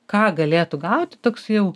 ką galėtų gauti toks jau